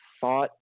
thought